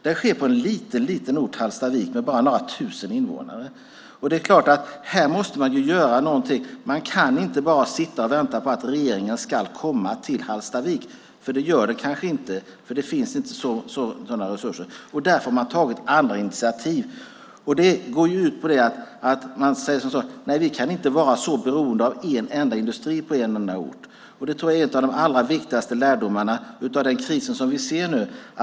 Det sker på den lilla orten Hallstavik med bara några tusen invånare. Här måste man göra något. Man kan inte bara sitta och vänta på att regeringen ska komma till Hallstavik, för det gör den kanske inte. Det finns inte sådana resurser. Därför har man tagit andra initiativ och säger: Vi kan inte vara så beroende av en enda industri på vår ort. Detta är en av de viktigaste lärdomarna av den kris vi ser.